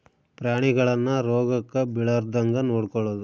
ಪ್ರಾಣಿಗಳನ್ನ ರೋಗಕ್ಕ ಬಿಳಾರ್ದಂಗ ನೊಡಕೊಳದು